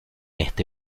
este